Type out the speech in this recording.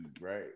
right